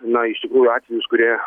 na iš tikrųjų atvejus kurie